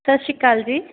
ਸਤਿ ਸ਼੍ਰੀ ਅਕਾਲ ਜੀ